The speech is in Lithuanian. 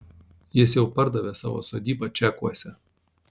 jis jau pardavė savo sodybą čekuose